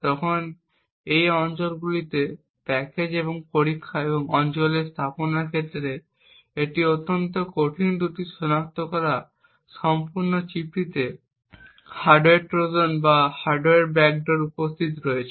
তখন এটি এই অঞ্চলগুলিতে প্যাকেজ এবং পরীক্ষা এবং এই অঞ্চলে স্থাপনার ক্ষেত্রে এটি অত্যন্ত কঠিন দুটি সনাক্ত করা সম্পূর্ণ চিপটিতে হার্ডওয়্যার ট্রোজান বা হার্ডওয়্যার ব্যাকডোর উপস্থিত রয়েছে